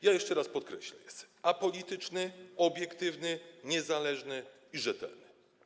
Ja jeszcze raz podkreślę, jest ona apolityczna, obiektywna, niezależna i rzetelna.